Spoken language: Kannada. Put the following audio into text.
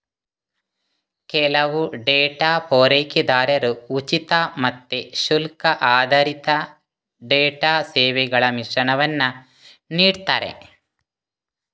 ಕೆಲವು ಡೇಟಾ ಪೂರೈಕೆದಾರರು ಉಚಿತ ಮತ್ತೆ ಶುಲ್ಕ ಆಧಾರಿತ ಡೇಟಾ ಸೇವೆಗಳ ಮಿಶ್ರಣವನ್ನ ನೀಡ್ತಾರೆ